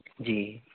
جی